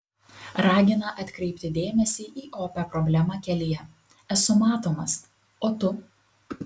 ragina atkreipti dėmesį į opią problemą kelyje esu matomas o tu